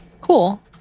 Cool